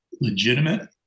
legitimate